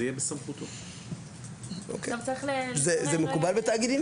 זה מקובל בתאגידים?